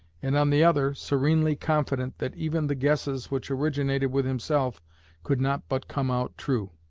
and on the other, serenely confident that even the guesses which originated with himself could not but come out true.